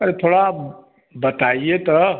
अरे थोड़ा बताइए तो